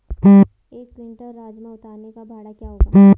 एक क्विंटल राजमा उतारने का भाड़ा क्या होगा?